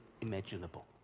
imaginable